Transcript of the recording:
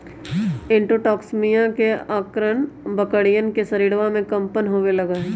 enterotoxaemia के अआरण बकरियन के शरीरवा में कम्पन होवे लगा हई